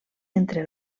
entre